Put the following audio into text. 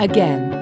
Again